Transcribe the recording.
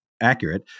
accurate